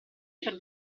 per